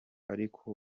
ariko